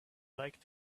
like